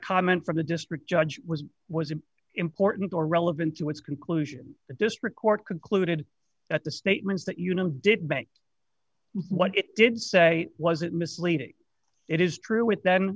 comment from the district judge was was important or relevant to its conclusion the district court concluded that the statements that you know did bank what it did say was it misleading it is true with then